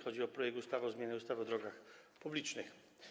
Chodzi o projekt ustawy o zmianie ustawy o drogach publicznych.